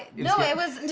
no, it was,